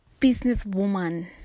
businesswoman